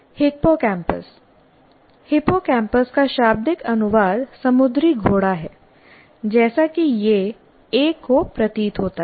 hippocampus hippocampus का शाब्दिक अनुवाद समुद्री घोड़े है जैसा कि यह एक को प्रतीत होता है